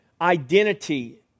identity